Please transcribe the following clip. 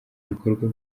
bikorwa